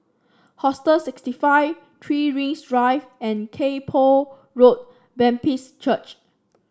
Hostel sixty five Three Rings Drive and Kay Poh Road Baptist Church